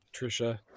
Trisha